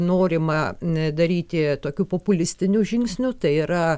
norima daryti tokių populistinių žingsnių tai yra